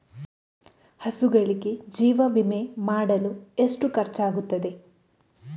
ಹಸುಗಳಿಗೆ ಜೀವ ವಿಮೆ ಮಾಡಲು ಎಷ್ಟು ಖರ್ಚಾಗುತ್ತದೆ?